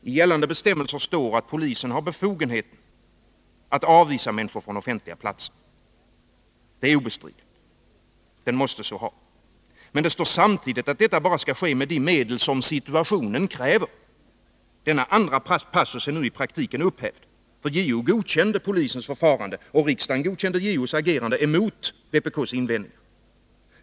I gällande bestämmelser står att polisen har befogenhet att avvisa människor från offentliga platser. Det är obestridligt — den måste så ha. Men det står samtidigt att detta bara skall ske med de medel situationen kräver. Denna andra passus är nu i praktiken upphävd. JO godkände polisens förfarande, och riksdagen godkände JO:s agerande — emot vpk:s invändningar.